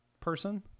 person